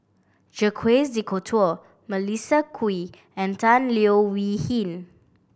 Jacques De Coutre Melissa Kwee and Tan Leo Wee Hin